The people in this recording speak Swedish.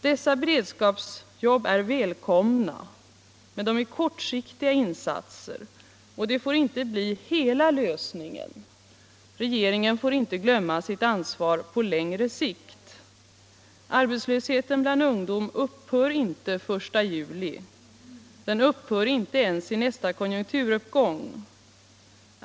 Det gäller nu att dessa välkomna men kortsiktiga insatser inte får bli hela lösningen och att regeringen glömmer sitt ansvar på längre sikt. Arbetslösheten bland ungdom upphör inte den 1 juli. Den upphör inte ens i nästa konjunkturuppgång.